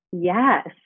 Yes